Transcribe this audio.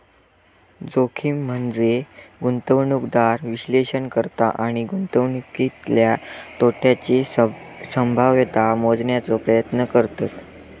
जोखीम म्हनजे गुंतवणूकदार विश्लेषण करता आणि गुंतवणुकीतल्या तोट्याची संभाव्यता मोजण्याचो प्रयत्न करतत